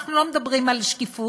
אנחנו לא מדברים על שקיפות,